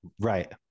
Right